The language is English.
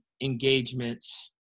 engagements